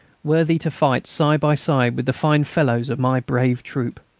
worthy to fight side by side with the fine fellows of my brave troop.